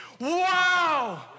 wow